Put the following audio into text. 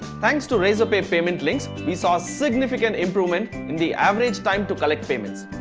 thanks to razorpay payment links we saw a significant improvement in the average time to collect payments.